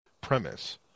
premise